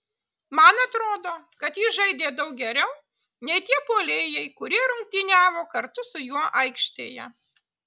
man atrodo kad jis žaidė daug geriau nei tie puolėjai kurie rungtyniavo kartu su juo aikštėje